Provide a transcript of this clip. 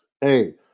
Hey